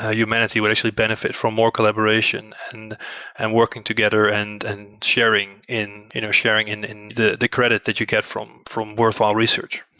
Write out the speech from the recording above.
ah humanity would actually benefit from more collaboration and and working together and and sharing in you know sharing in the the credit that you get from from worthwhile research.